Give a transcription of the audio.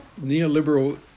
neoliberal